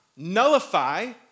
Nullify